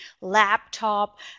laptop